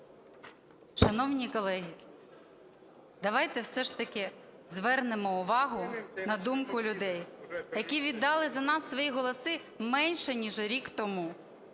Шановні колеги, давайте все ж таки звернемо увагу на думку людей, які віддали за нас свої голоси менше ніж рік тому,